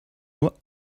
nur